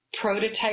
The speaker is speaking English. prototype